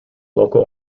local